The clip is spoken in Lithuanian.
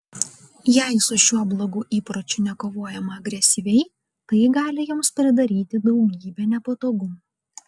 jei su šiuo blogu įpročiu nekovojama agresyviai tai gali jums pridaryti daugybę nepatogumų